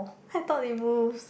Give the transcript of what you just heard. I thought it moves